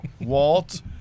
Walt